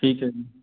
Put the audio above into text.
ਠੀਕ ਹੈ ਜੀ